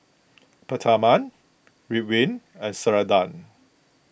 Peptamen Ridwind and Ceradan